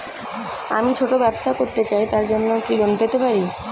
আমি ছোট ব্যবসা করতে চাই তার জন্য কি লোন পেতে পারি?